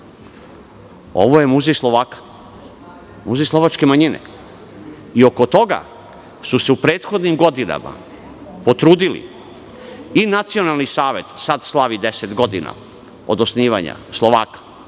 ovo je muzej Slovaka, muzej slovačke manjine. Oko toga su se u prethodnim godinama potrudili i Nacionalni savet, sada slavi deset godina od osnivanja Slovaka,